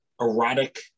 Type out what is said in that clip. erotic